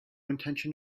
intention